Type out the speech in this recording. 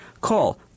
Call